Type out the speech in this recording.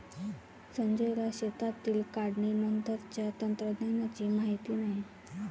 संजयला शेतातील काढणीनंतरच्या तंत्रज्ञानाची माहिती नाही